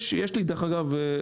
יש לי דרך אגב,